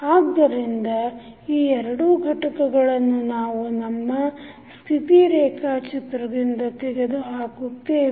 ಆದ್ದರಿಂದ ಈ ಎರಡು ಘಟಕಗಳನ್ನು ನಾವು ನಮ್ಮ ಸ್ಥಿತಿ ರೇಖಾಚಿತ್ರದಿಂದ ತೆಗೆದು ಹಾಕುತ್ತೇವೆ